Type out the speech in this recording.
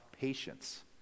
patience